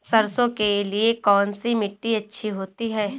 सरसो के लिए कौन सी मिट्टी अच्छी होती है?